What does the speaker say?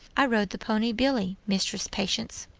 i rode the pony billy, mistress patience.